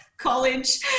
college